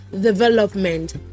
development